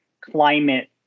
climate